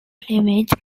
cleavage